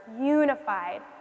unified